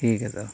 ٹھیک ہے سر